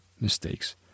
mistakes